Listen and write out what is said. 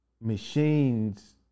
machines